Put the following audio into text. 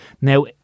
Now